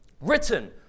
Written